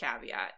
caveat